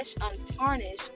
untarnished